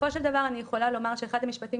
בסופו של דבר אני יכולה לומר שאחד המשפטים